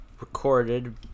recorded